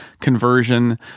conversion